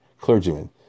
Clergymen